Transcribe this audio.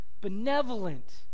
benevolent